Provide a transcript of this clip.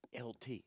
LT